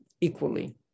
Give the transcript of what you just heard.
equally